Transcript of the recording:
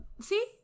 see